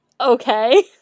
okay